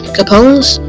Capone's